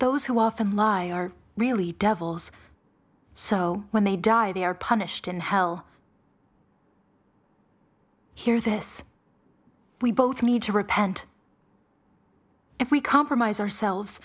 those who often lie are really devils so when they die they are punished in hell here this we both need to repent if we compromise ourselves